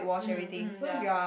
mmhmm mmhmm ya